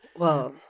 well,